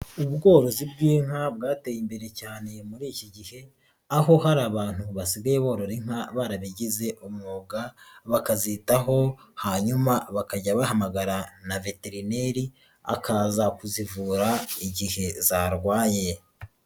Ubworozi bw'inka bwateye imbere cyane muri iki gihe, aho hari abantu basigaye borora inka barabigize umwuga, bakazitaho hanyuma bakajya bahamagara na veterineri akaza kuzivura igihe zarwaye.